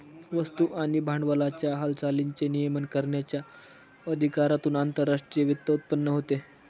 वस्तू आणि भांडवलाच्या हालचालींचे नियमन करण्याच्या अधिकारातून आंतरराष्ट्रीय वित्त उत्पन्न होते